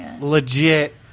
legit